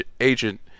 agent